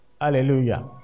Hallelujah